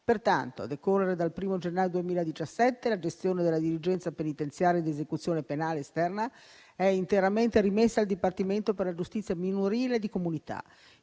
Pertanto, a decorrere dal 1° gennaio 2017 la gestione della dirigenza penitenziaria di esecuzione penale esterna è interamente rimessa al Dipartimento per la giustizia minorile e di comunità.